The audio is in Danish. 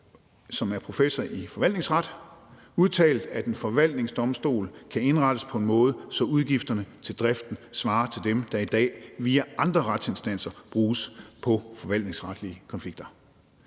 som er professor i forvaltningsret, udtalt, at en forvaltningsdomstol kan indrettes på en måde, så udgifterne til driften svarer til dem, der i dag via andre retsinstanser bruges på forvaltningsretlige konflikter.